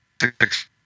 six